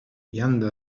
vianda